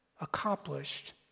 accomplished